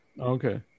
Okay